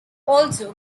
also